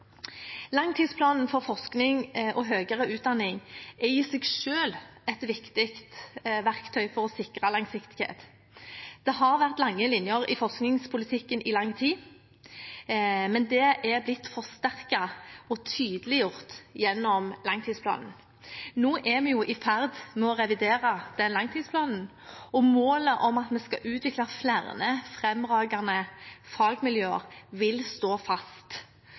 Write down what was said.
Langtidsplanen for forskning og høyere utdanning er i seg selv et viktig verktøy for å sikre langsiktighet. Det har vært lange linjer i forskningspolitikken i lang tid, men det er blitt forsterket og tydeliggjort gjennom langtidsplanen. Nå er vi jo i ferd med å revidere den langtidsplanen, og målet om at vi skal utvikle flere fremragende fagmiljøer, vil stå fast.